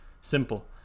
simple